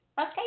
Okay